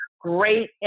great